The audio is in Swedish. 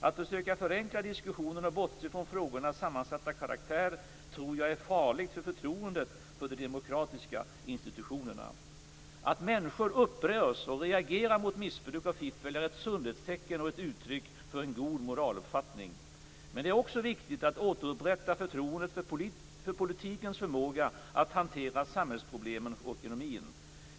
Att försöka förenkla diskussionen och bortse från frågornas sammansatta karaktär tror jag är farligt för förtroendet för de demokratiska institutionerna. Att människor upprörs och reagerar mot missbruk och fiffel är ett sundhetstecken och ett uttryck för en god moraluppfattning. Men det är också viktigt att återupprätta förtroendet för politikens förmåga att hantera samhällsproblemen och ekonomin.